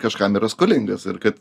kažkam yra skolingas ir kad